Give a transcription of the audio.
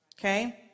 Okay